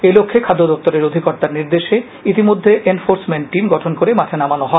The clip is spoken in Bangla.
এই লক্ষ্যে খাদ্য দপ্তরের অধিকর্তার নির্দেশে ইতিমধ্যে এনফোর্সমেন্ট টিম গঠন করে মাঠে নামানো হয়